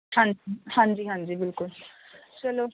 ਹਾਂਜੀ ਹਾਂਜੀ ਹਾਂਜੀ ਬਿਲਕੁਲ ਚਲੋ